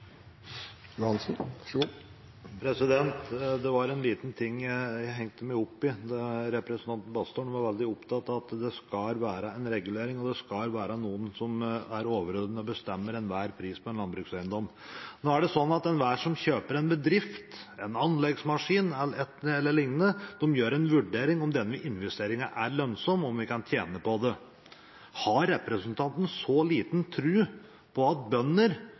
Bastholm var veldig opptatt av at det skal være en regulering, og det skal være noen som er overordnet og bestemmer prisen på enhver landbrukseiendom. Nå er det sånn at enhver som kjøper en bedrift, en anleggsmaskin e.l., gjør en vurdering av om investeringen er lønnsom, og om en kan tjene på det. Har representanten så liten tro på at bønder